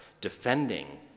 defending